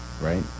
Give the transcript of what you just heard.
right